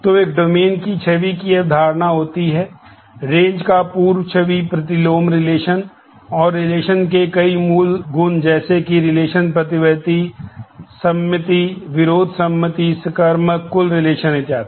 तो एक डोमेन इत्यादि